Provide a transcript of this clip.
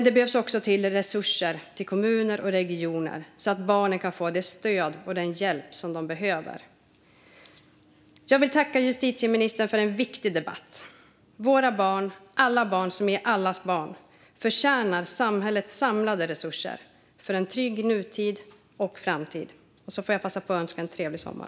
Det behövs också resurser till kommuner och regioner, så att barnen kan få det stöd och den hjälp som de behöver. Jag vill tacka justitieministern för en viktig debatt. Våra barn, alla barn som är allas barn, förtjänar samhällets samlade resurser för en trygg nutid och framtid. Jag passar på att önska en trevlig sommar.